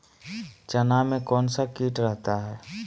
चना में कौन सा किट रहता है?